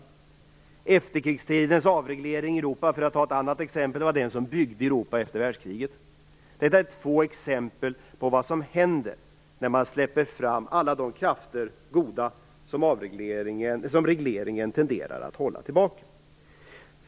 Det var - för att ge ett annat exempel - efterkrigstidens avreglering i Europa som byggde upp Europa efter andra världskriget. Detta är två exempel på vad som händer när man släpper fram alla de goda krafter som regleringen tenderar att hålla tillbaka.